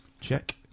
Check